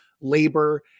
labor